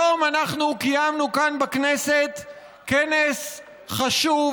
היום אנחנו קיימנו כאן בכנסת כנס חשוב,